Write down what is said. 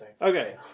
okay